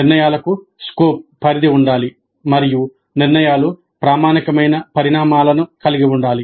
నిర్ణయాలకు స్కోప్ ఉండాలి మరియు నిర్ణయాలు ప్రామాణికమైన పరిణామాలను కలిగి ఉండాలి